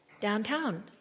downtown